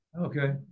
Okay